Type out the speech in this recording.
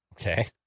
Okay